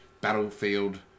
battlefield